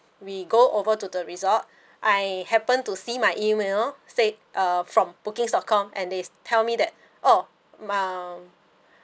we go over to the resort I happened to see my email say uh from bookings dot com and they tell me that oh um